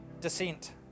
descent